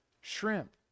shrimp